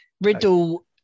riddle